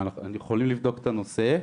אנחנו יכולים לבדוק את הנושא.